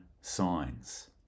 signs